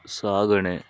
ಸಾಗಣೆ